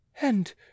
And